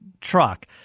truck